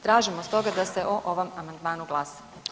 Tražimo stoga da se o ovom amandmanu glasa.